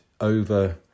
over